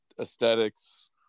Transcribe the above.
aesthetics